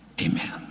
amen